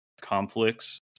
conflicts